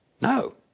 No